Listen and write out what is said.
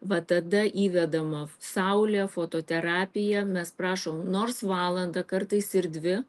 va tada įvedama saulė fototerapija mes prašom nors valandą kartais ir dvi